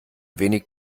wenig